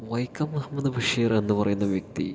വൈക്കം മുഹമ്മദ് ബഷീർ എന്നു പറയുന്ന വ്യക്തി